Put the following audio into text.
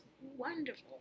wonderful